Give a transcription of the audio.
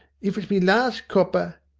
if it's me last copper.